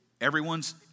everyone's